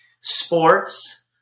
Sports